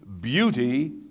beauty